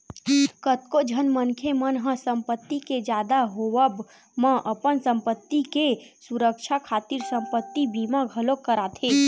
कतको झन मनखे मन ह संपत्ति के जादा होवब म अपन संपत्ति के सुरक्छा खातिर संपत्ति बीमा घलोक कराथे